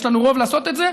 יש לנו רוב לעשות את זה.